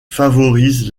favorise